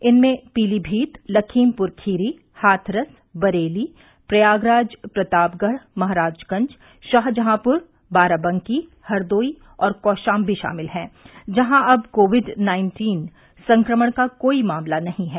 इनमें पीलीमीत लखीमपुरखीरी हाथरस बरेली प्रयागराज प्रतापगढ़ महाराजगंज शाहजहापुर बाराबकी हरदोई और कौशाम्बी शामिल हैं जहां अब कोविड नाइन्टीन संक्रमण का कोई मामला नहीं है